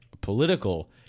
political